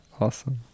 Awesome